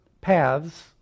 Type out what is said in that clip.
paths